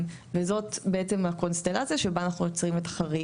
וזאת בעצם הקונסטלציה שבה אנחנו יוצרים את החריג.